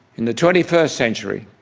in the twenty first century,